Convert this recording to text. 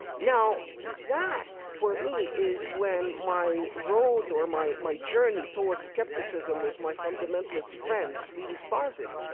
now that for me is when my road or my my journey towards skepticism with my fundamentalist friends really started.